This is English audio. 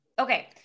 okay